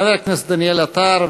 חבר הכנסת דניאל עטר,